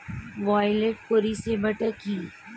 ই wallet পরিষেবাটি কি?